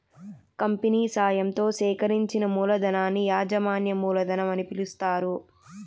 company సాయంతో సేకరించిన మూలధనాన్ని యాజమాన్య మూలధనం అని పిలుస్తారు